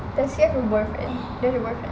does she have a boyfriend dia ada boyfriend